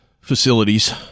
facilities